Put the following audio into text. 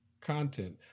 content